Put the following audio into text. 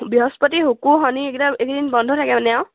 বৃহস্পতি শুক্ৰ শনি এইকেইটা এইকেইদিন বন্ধ থাকে মানে আৰু